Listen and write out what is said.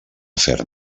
fer